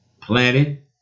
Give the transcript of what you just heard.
planet